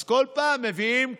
אז כל פעם מביאים קצת,